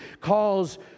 calls